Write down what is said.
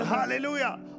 hallelujah